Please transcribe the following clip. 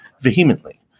vehemently